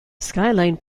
skyline